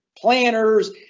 planners